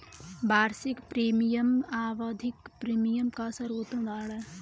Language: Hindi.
वार्षिक प्रीमियम आवधिक प्रीमियम का सर्वोत्तम उदहारण है